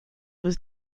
was